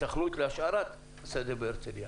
היתכנות להשארת השדה בהרצליה,